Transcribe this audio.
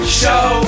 show